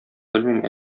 белмим